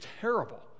terrible